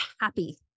happy